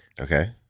Okay